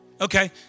Okay